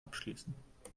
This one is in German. abschließen